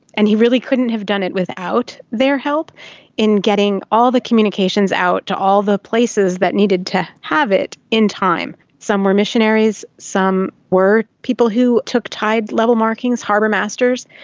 and he really couldn't have done it without their help in getting all the communications out to all the places that needed to have it in time. some were missionaries, some were people who took tide level markings, harbour masters.